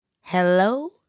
Hello